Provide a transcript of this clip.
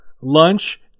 Lunch